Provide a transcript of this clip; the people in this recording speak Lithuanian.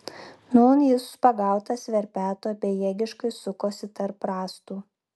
nūn jis pagautas verpeto bejėgiškai sukosi tarp rąstų